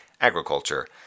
agriculture